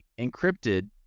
encrypted